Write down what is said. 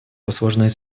послужной